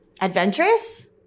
adventurous